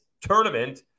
tournament